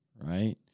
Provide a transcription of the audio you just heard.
Right